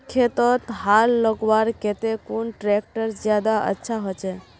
खेतोत हाल लगवार केते कुन ट्रैक्टर ज्यादा अच्छा होचए?